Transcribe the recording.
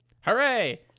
Hooray